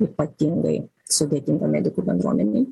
ypatingai sudėtinga medikų bendruomenei